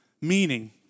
Meaning